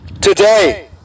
today